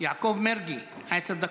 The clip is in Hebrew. יעקב מרגי, עשר דקות,